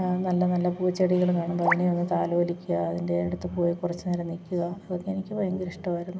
നല്ല നല്ല പൂച്ചെടികൾ കാണുമ്പോൾ അതിനെ ഒന്ന് താലോലിക്കുക അതിൻ്റെയടുത്ത് പോയി കുറച്ച് നേരം നിൽക്കുക അതൊക്കെ എനിക്ക് ഭയങ്കര ഇഷ്ടമായിരുന്നു